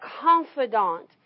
confidant